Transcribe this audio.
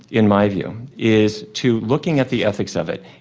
in my view, is to looking at the ethics of it.